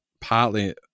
partly